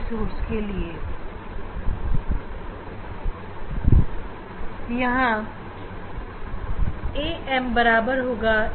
यहां यह m1d के बराबर है